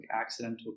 accidental